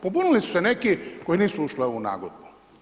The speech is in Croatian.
Pobunili su se neki koji nisu ušli u ovu nagodbu.